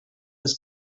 das